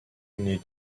need